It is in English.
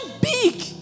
big